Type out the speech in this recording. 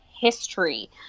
history